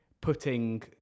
putting